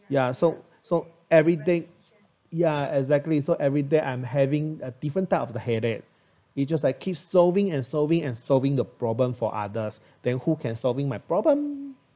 ya so so every day ya exactly so every day I'm having a different type of the headache it's just like keep solving and solving and solving the problem for others then who can solving my problem